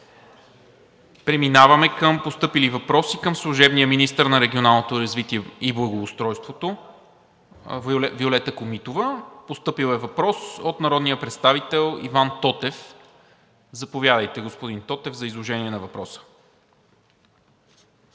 Преминаваме към постъпилите въпроси към служебния министър на регионалното развитие и благоустройството Виолета Комитова. Постъпил е въпрос от народния представител Иван Тотев. Господин Тотев, заповядайте за изложение на въпроса.